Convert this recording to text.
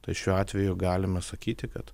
tai šiuo atveju galima sakyti kad